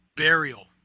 burial